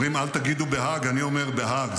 אומרים, אל תגידו בהאג, אני אומר: בהאג.